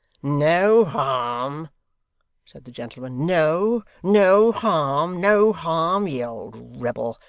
no harm said the gentleman. no. no harm. no harm, ye old rebel,